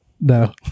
No